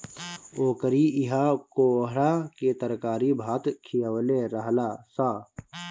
ओकरी इहा कोहड़ा के तरकारी भात खिअवले रहलअ सअ